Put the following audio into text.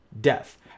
death